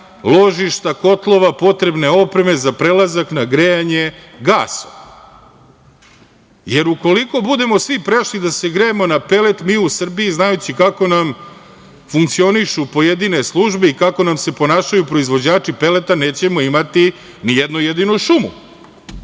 ložišta, kotlova, potrebne opreme za prelazak za grejanje gasom, jer ukoliko budemo svi prešli da se grejemo na pelet, mi u Srbiji, znajući kako nam funkcionišu pojedine službe i kako nam se ponašaju proizvođači peleta, nećemo imati ni jednu jedinu šumu.